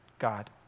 God